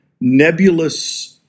nebulous